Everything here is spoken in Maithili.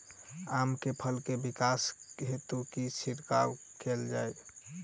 आम केँ फल केँ विकास हेतु की छिड़काव कैल जाए?